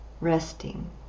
resting